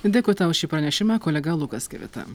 dėkui tau už šį pranešimą kolega lukas kivita